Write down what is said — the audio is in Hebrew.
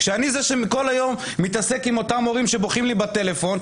כשאני זה שכל היום מתעסק עם אותם הורים שבוכים לי בטלפון.